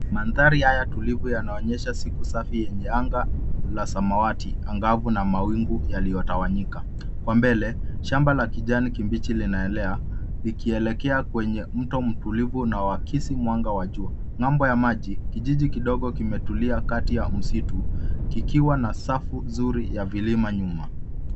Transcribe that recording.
Mandhari haya tulivu yanaonyesha siku safi yenye anga la samawati angavu na mawingu yaliyotawanyika. Kwa mbele shamba la kijani kibichi linaelea likielekea kwenye mto mtulivu unaoakisi mwanga wa jua. Ng'ambo ya maji, kijiji kidogo kimetulia kati ya msitu kikiwa na safu nzuri ya vilima nyuma.